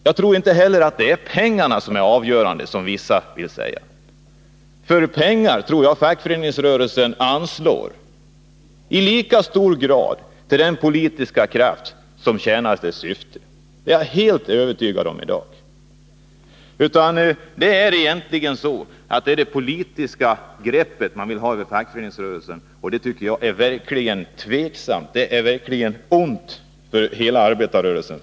Jag tror inte heller att pengarna är avgörande, som vissa säger. Pengar kommer fackföreningsrörelsen att anslå i lika hög grad som i dag till den politiska kraft som tjänar dess syfte, det är jag helt övertygad om. Det är egentligen det politiska greppet man vill ha över fackföreningsrörelsen, och det tycker jag verkligen är tvivelaktigt och ont för hela arbetarrörelsen.